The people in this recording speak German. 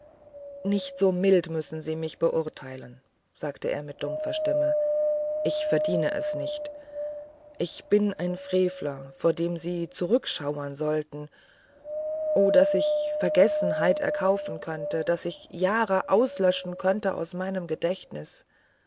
nicht so mild müssen sie mich beurteilen sagte er mit dumpfer stimme ich verdiene es nicht ich bin ein frevler vor dem sie zurückschaudern sollten o daß ich vergessenheit erkaufen könnte daß ich jahre auslöschen könnte aus meinem gedächtnis